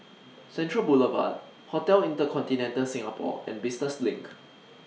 Central Boulevard Hotel InterContinental Singapore and Business LINK